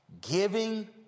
giving